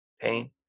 pain